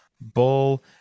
bull